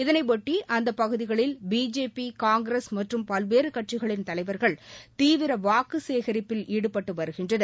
இதனையொட்டி அந்தப் பகுதிகளில் பிஜேபி காங்கிரஸ் மற்றும் பல்வேறு கட்சிகளின் தலைவர்கள் தீவிர வாக்கு சேகரிப்பில் ஈடுபட்டு வருகின்றனர்